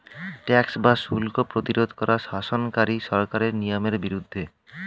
tax বা শুল্ক প্রতিরোধ করা শাসনকারী সরকারের নিয়মের বিরুদ্ধে